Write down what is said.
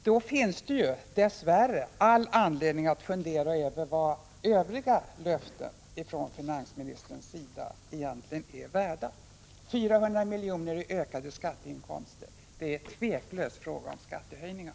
Då finns det dess värre all anledning att fundera över vad finansministerns övriga löften egentligen är värda. 400 milj.kr. i ökade skatteinkomster. Det är otvivelaktigt fråga om skattehöjningar.